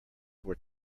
were